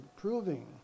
proving